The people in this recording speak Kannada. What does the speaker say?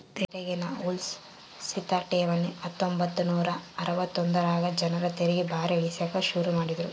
ತೆರಿಗೇನ ಉಳ್ಸೋ ಸ್ಥಿತ ಠೇವಣಿ ಹತ್ತೊಂಬತ್ ನೂರಾ ಅರವತ್ತೊಂದರಾಗ ಜನರ ತೆರಿಗೆ ಭಾರ ಇಳಿಸಾಕ ಶುರು ಮಾಡಿದ್ರು